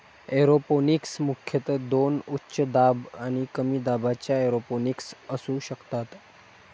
aeroponics मुख्यतः दोन उच्च दाब आणि कमी दाबाच्या एरोपोनिक्स असू शकतात